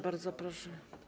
Bardzo proszę.